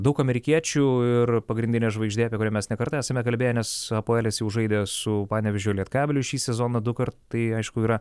daug amerikiečių ir pagrindinė žvaigždė apie kurią mes ne kartą esame kalbėję nes hapoelis jau žaidė su panevėžio lietkabeliu šį sezoną dukart tai aišku yra